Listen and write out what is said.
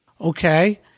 Okay